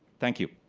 thank you.